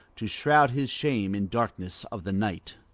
to shroud his shame in darkness of the night.